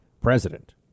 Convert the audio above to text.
president